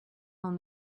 dans